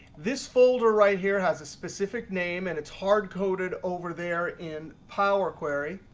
this folder right here has a specific name, and it's hard coded over there in power query.